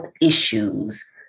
issues